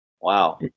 wow